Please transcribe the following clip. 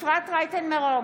אפרת רייטן מרום,